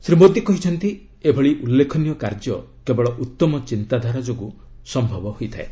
ଶ୍ରୀ ମୋଦି କହିଛନ୍ତି ଏଭଳି ଉଲ୍ଲେଖନୀୟ କାର୍ଯ୍ୟ କେବଳ ଉତ୍ତମ ଚିନ୍ତାଧାରା ଯୋଗୁଁ ସମ୍ଭବ ହୋଇଥାଏ